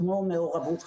כמו מעורבות חברתית,